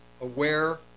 aware